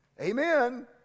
amen